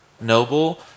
noble